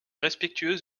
respectueuse